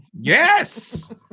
yes